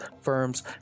firms